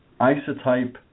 Isotype